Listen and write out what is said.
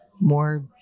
more